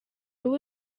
who